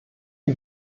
die